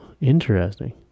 interesting